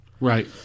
right